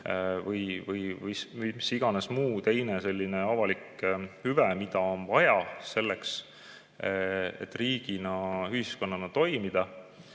mis iganes muu teine selline avalik hüve, mida on vaja selleks, et riigina, ühiskonnana toimida.